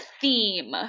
theme